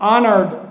honored